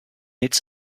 its